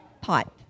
pot